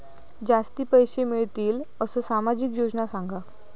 जास्ती पैशे मिळतील असो सामाजिक योजना सांगा?